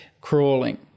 crawling